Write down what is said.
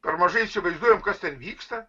per mažai įsivaizduojam kas ten vyksta